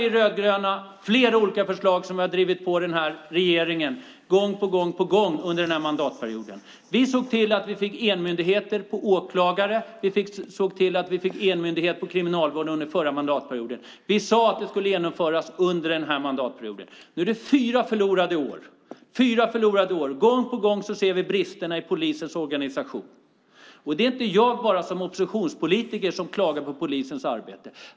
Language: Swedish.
Vi rödgröna har drivit på regeringen med flera olika förslag gång på gång under den här mandatperioden. Vi såg till att vi fick enmyndigheter på åklagarsidan. Vi såg till att vi fick enmyndighet på kriminalvårdens område under förra mandatperioden. Vi sade att det skulle genomföras under den här mandatperioden. Nu är det fyra förlorade år. Gång på gång ser vi bristerna i polisens organisation. Och det är inte bara jag som oppositionspolitiker som klagar på polisens arbete.